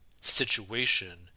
situation